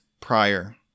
prior